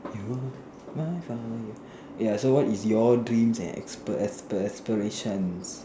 you are my fire ya so what is your dreams and aspir~ aspir~ aspirations